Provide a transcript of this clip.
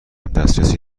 دسترسی